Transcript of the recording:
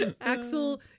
axel